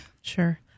Sure